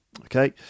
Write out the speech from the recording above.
okay